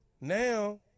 Now